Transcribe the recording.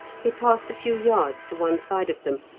he passed a few yards to one side of them,